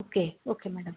okay okay madam